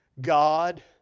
God